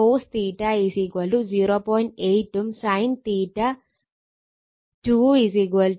8 ഉം sin 2 0